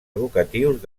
educatius